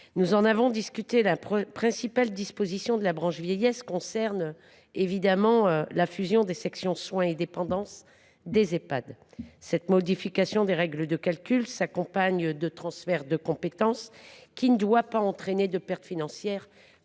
Nous en avons discuté : la principale disposition de la branche vieillesse concerne la fusion des sections soins et dépendance des Ehpad. Cette modification des règles de calcul s’accompagne d’un transfert de compétences. Celui ci ne doit pas entraîner de pertes financières